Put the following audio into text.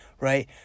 right